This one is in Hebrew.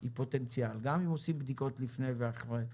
היא פוטנציאל גם אם עושים בדיקות לפני ואחרי.